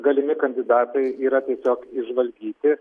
galimi kandidatai yra tiesiog išžvalgyti